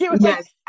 Yes